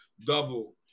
double